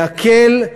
להקל,